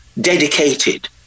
dedicated